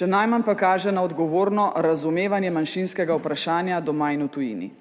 še najmanj pa kaže na odgovorno razumevanje manjšinskega vprašanja doma in v tujini.